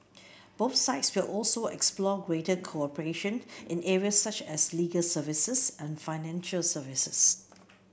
both sides will also explore greater cooperation in areas such as legal services and financial services